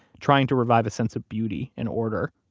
trying to revive a sense of beauty and order.